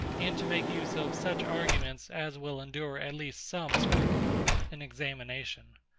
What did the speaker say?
and to make use of such arguments as will endure at least some scrutiny and examination.